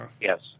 Yes